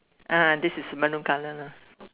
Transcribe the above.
ah this is Maroon colour lah